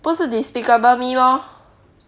不是 despicable me lor